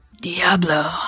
Diablo